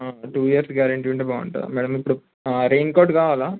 two years guarantee ఉంటే బాగుంటుంది madam ఇప్పుడు రైన్ కోట్ కావాలా